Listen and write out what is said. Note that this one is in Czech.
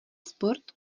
sport